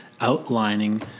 outlining